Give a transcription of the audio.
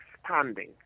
expanding